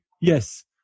Yes